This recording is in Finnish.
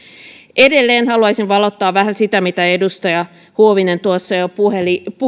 edelleen haluaisin valottaa vähän sitä mitä edustaja huovinen tuossa jo